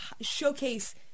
showcase